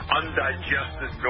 undigested